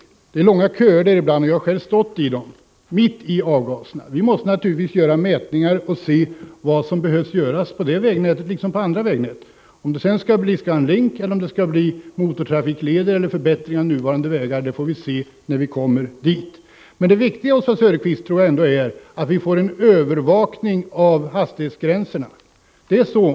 Ibland är där långa köer, och jag själv har stått i dem — mitt i avgaserna. Vi måste naturligtvis göra mätningar för att se vilka åtgärder som behöver vidtas i fråga om det vägnätet, liksom i fråga om andra vägnät. Om resultatet blir Scan Link, motortrafikleder eller förbättringar av nuvarande vägar får vi se då. Men det viktiga, Oswald Söderqvist, är ändå att vi kan få till stånd en övervakning av hastighetsgränserna.